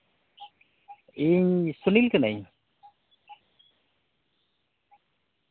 ᱤᱧ ᱥᱩᱱᱤᱞ ᱠᱟᱹᱱᱟᱹᱧ